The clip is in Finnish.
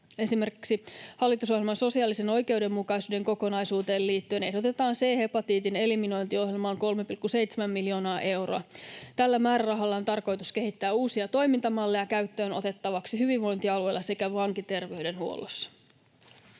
esimerkiksi hallitusohjelman sosiaalisen oikeudenmukaisuuden kokonaisuuteen liittyen ehdotetaan C-hepatiitin eliminointiohjelmaan 3,7 miljoonaa euroa. Tällä määrärahalla on tarkoitus kehittää uusia toimintamalleja käyttöönotettavaksi hyvinvointialueilla sekä vankiterveydenhuollossa.